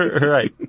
Right